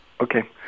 Okay